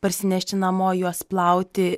parsinešti namo juos plauti